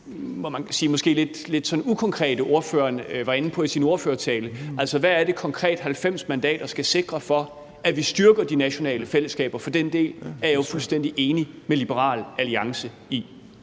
kan man sige, måske sådan lidt ukonkrete, som ordføreren var inde på i sin ordførertale. Altså, hvad er det konkret, 90 mandater skal sikre, for at vi styrker de nationale fællesskaber? For den del er jeg jo fuldstændig enig med Liberal Alliance i.